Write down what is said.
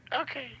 Okay